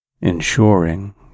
ensuring